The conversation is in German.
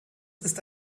ist